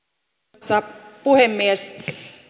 arvoisa puhemies